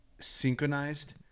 synchronized